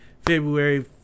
february